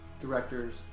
directors